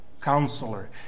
Counselor